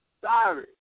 Sorry